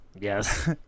Yes